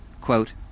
quote